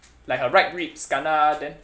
like her right ribs kena then